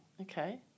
okay